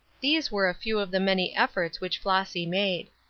these were a few of the many efforts which flossy made.